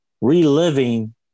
reliving